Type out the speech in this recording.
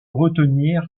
retenir